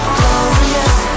glorious